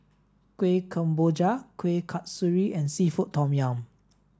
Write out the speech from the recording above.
Kueh Kemboja Kuih Kasturi and Seafood Tom Yum